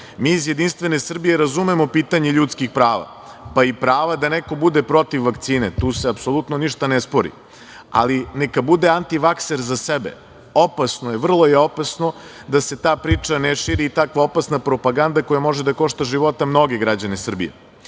iz JS razumemo pitanje ljudskih prava, pa i prava da neko bude protiv vakcine, tu se apsolutno ništa ne spori, ali neka bude antivakser za sebe. Opasno je, vrlo je opasno da se ta priča ne širi i takva opasna propaganda koja može da košta života mnoge građane Srbije. Evo,